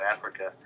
Africa